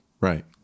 Right